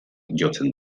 jotzen